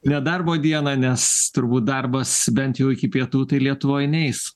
nedarbo dieną nes turbūt darbas bent jau iki pietų tai lietuvoj neis